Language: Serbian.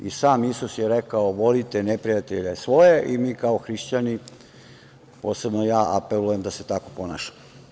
I sam Isus je rekao: „Volite neprijatelje svoje“, i mi kao hrišćani, posebno ja, apelujem da se tako ponašamo.